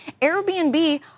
Airbnb